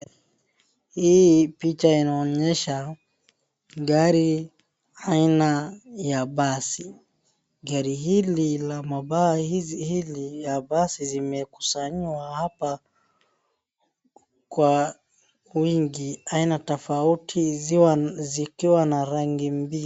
Hii picha inaonyesha gari aina ya basi. Gari hili la mabaa hizi, hili ya basi zimekusanyiwa hapa kwa wingi aina tofauti zikuwa na rangi mbili.